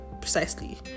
precisely